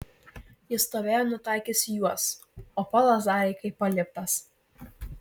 jis stovėjo nutaikęs į juos o polas darė kaip palieptas